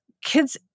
Kids